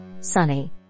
Sunny